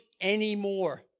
anymore